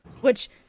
which-